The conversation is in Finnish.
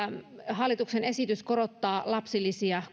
hallituksen esitys korottaa lapsilisiä